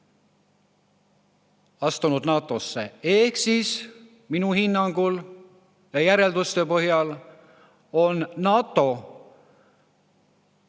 astunud NATO‑sse. Minu hinnangul ja järelduste põhjal on NATO